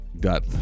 got